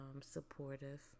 supportive